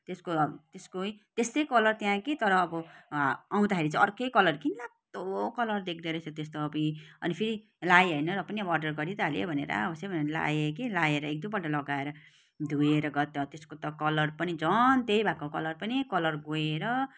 त्यसको त्यसको है त्यस्तै कलर त्यहाँ कि तर अब आउँदाखेरि चाहिँ अर्कै कलर घिनलाग्दो कलर देख्दोरहेछ त्यस्तो अब्बुई अनि फेरि लाएँ होइन र पनि अब अर्डर गरी त हालेँ भनेर आ होसै भनेर लाएँ कि लाएर एक दुईपल्ट लगाएर धोएर गर्दै त्यसको त कलर पनि झन् त्यही भएको कलर पनि कलर गएर